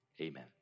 amen